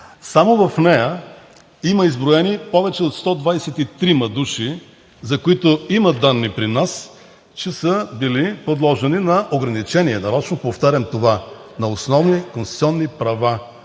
Само в нея има изброени повече от 123 души, за които има данни при нас, че са били подложени на ограничение – нарочно повтарям това – на основни конституционни права